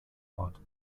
ort